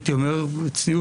והייתי אומר בצניעות,